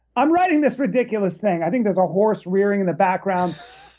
i'm writing this ridiculous thing. i think there's a horse rearing in the background.